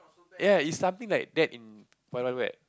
ya it's something like that in Wild-Wild-Wet